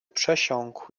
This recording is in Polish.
przesiąkł